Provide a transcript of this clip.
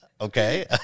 Okay